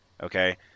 Okay